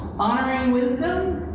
honoring wisdom,